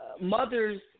mothers